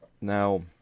Now